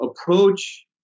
approach